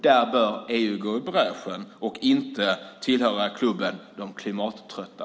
Där bör EU gå i bräschen och inte tillhöra klubben för klimattrötta.